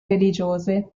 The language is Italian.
religiose